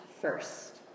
first